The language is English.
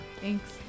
Thanks